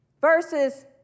Versus